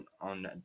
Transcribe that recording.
on